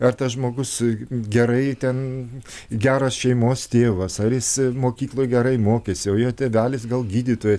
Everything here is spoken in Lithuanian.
ar tas žmogus gerai ten geras šeimos tėvas ar jis mokykloj gerai mokėsi o jo tėvelis gal gydytojas